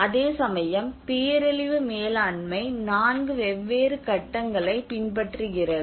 அதேசமயம் பேரழிவு மேலாண்மை நான்கு வெவ்வேறு கட்டங்களைப் பின்பற்றுகிறது